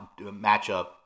matchup